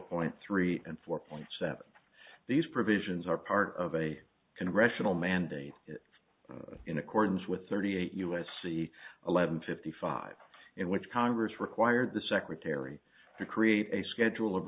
point three and four point seven these provisions are part of a congressional mandate in accordance with thirty eight u s c eleven fifty five in which congress required the secretary to create a schedule of